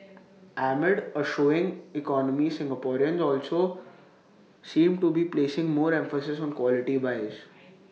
amid A slowing economy Singaporeans also seem to be placing more emphasis on quality buys